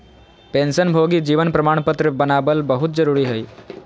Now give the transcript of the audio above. पेंशनभोगी जीवन प्रमाण पत्र बनाबल बहुत जरुरी हइ